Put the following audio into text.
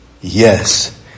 Yes